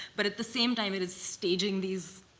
but at the same time, it is staging these